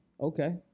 okay